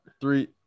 Three